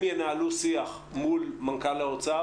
הם ינהלו שיח מול מנכ"ל האוצר,